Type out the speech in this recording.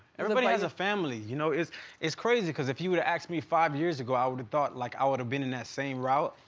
everybody has a family, you know? it's it's crazy cause if you were to ask me five years ago, i woulda thought like i woulda been in that same route.